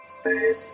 Space